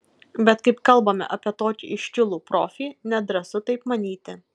bet kai kalbame apie tokį iškilų profį nedrąsu taip manyti